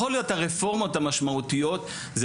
יכול להיות הרפורמות המשמעותיות זה